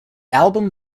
album